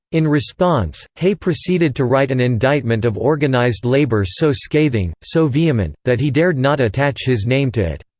in response, hay proceeded to write an indictment of organized labor so scathing, so vehement, that he dared not attach his name to it.